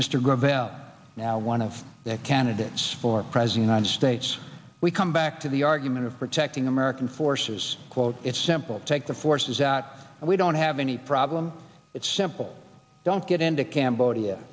gravelle now one of the candidates for president on states we come back to the argument of protecting american forces quote it's simple take the forces out and we don't have any problem it's simple don't get into cambodia